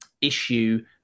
issue